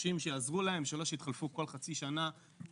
לאנשים שיעזרו להם, ולא שיתחלפו כל חצי שנה.